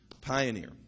Pioneer